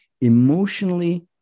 emotionally